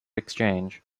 exchange